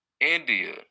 India